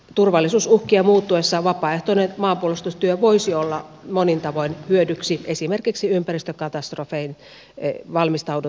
turvallisuusuhkien muuttuessa vapaaehtoinen maanpuolustustyö voisi olla monin tavoin hyödyksi esimerkiksi ympäristökatastrofeihin valmistauduttaessa